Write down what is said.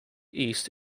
east